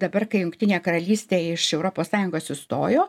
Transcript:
dabar kai jungtinė karalystė iš europos sąjungos išstojo